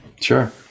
sure